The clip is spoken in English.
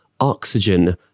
oxygen